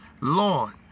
Lord